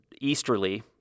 easterly